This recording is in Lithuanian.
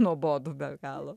nuobodu be galo